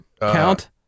count